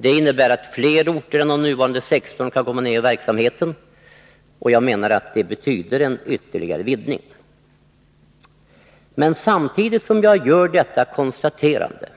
Det innebär att fler orter än de nuvarande 16 kan komma med i verksamheten. Jag anser att det betyder en ytterligare vidgning. Men samtidigt som jag gör detta konstaterande